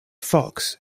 fox